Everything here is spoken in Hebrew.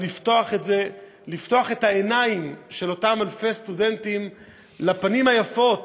אבל לפתוח את העיניים של אותם אלפי סטודנטים לפנים היפות